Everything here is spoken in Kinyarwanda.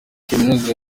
kaminuza